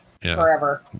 forever